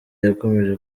yakomoje